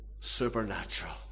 supernatural